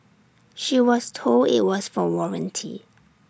she was told IT was for warranty